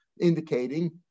Indicating